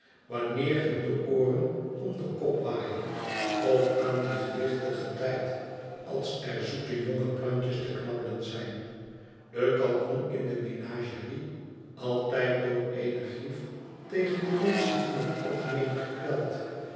wanneer hun de ooren om den kop waaien of aan dien gewichtigen tijd als er zoete jonge plantjes te knabbelen zijn de kalkoen in de menagerie altijd door eene grief tegen de menschen in het algemeen gekweld